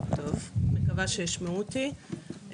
ראשית,